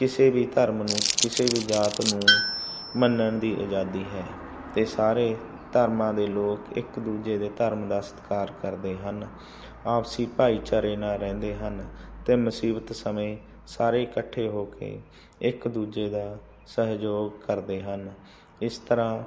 ਕਿਸੇ ਵੀ ਧਰਮ ਨੂੰ ਕਿਸੇ ਵੀ ਜਾਤ ਨੂੰ ਮੰਨਣ ਦੀ ਆਜ਼ਾਦੀ ਹੈ ਅਤੇ ਸਾਰੇ ਧਰਮਾਂ ਦੇ ਲੋਕ ਇੱਕ ਦੂਜੇ ਦੇ ਧਰਮ ਦਾ ਸਤਿਕਾਰ ਕਰਦੇ ਹਨ ਆਪਸੀ ਭਾਈਚਾਰੇ ਨਾਲ ਰਹਿੰਦੇ ਹਨ ਅਤੇ ਮੁਸੀਬਤ ਸਮੇਂ ਸਾਰੇ ਇਕੱਠੇ ਹੋ ਕੇ ਇੱਕ ਦੂਜੇ ਦਾ ਸਹਿਯੋਗ ਕਰਦੇ ਹਨ ਇਸ ਤਰ੍ਹਾਂ